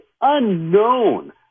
unknown